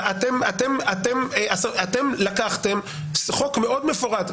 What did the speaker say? אתם לקחתם חוק מאוד מפורט,